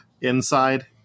inside